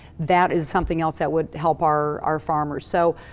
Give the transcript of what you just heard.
that is something else that would help our our farmers. so,